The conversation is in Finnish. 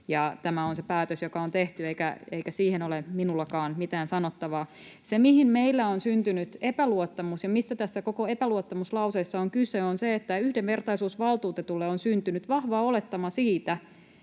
Tämä on se päätös, joka on tehty, eikä siihen ole minullakaan mitään sanottavaa. Se, mihin meillä on syntynyt epäluottamus, ja mistä tässä koko epäluottamuslauseessa on kyse, on se, että yhdenvertaisuusvaltuutetulle on syntynyt vahva olettama siitä,